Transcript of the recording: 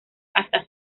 hasta